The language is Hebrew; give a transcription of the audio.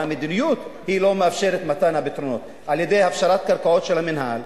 והמדיניות אינה מאפשרת מתן פתרונות על-ידי הפשרת קרקעות של המינהל,